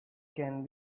can